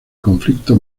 conflicto